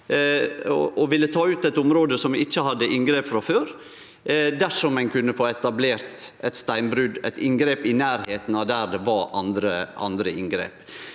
ville ta ut eit område som ikkje hadde inngrep frå før, dersom ein kunne få etablert eit steinbrot, eit inngrep, i nærleiken av der det var andre inngrep.